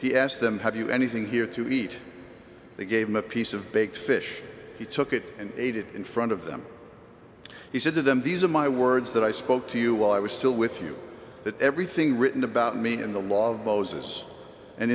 he asked them have you anything here to eat they gave him a piece of baked fish he took it and ate it in front of them he said to them these are my words that i spoke to you while i was still with you that everything written about me in the law of moses and